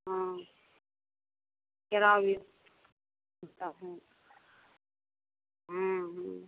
हाँ केला भी होता है